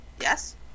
Yes